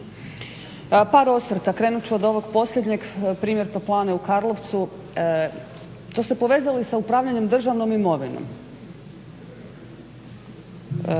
Par osvrta. Krenut ću od ovog posljednjeg, primjer toplane u Karlovcu, to se povezalo i sa upravljanjem državnom imovinom.